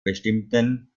bestimmten